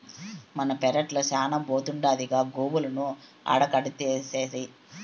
మన పెరట్ల శానా బోతుండాదిగా గోవులను ఆడకడితేసరి